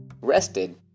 rested